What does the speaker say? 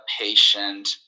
patient